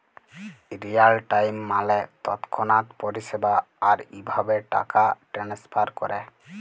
Real time মালে তৎক্ষণাৎ পরিষেবা, আর ইভাবে টাকা টেনেসফার ক্যরে